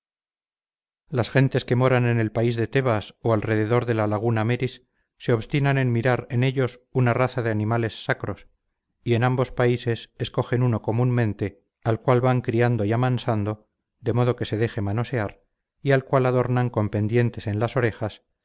las gentes que moran en el país de tebas o alrededor de la laguna meris se obstinan en mirar en ellos una raza de animales sacros y en ambos países escogen uno comúnmente al cual van criando y amasando de modo que se deje manosear y al cual adornan con pendientes en las orejas